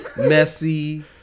messy